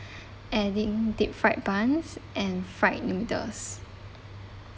adding deep fried buns and fried noodles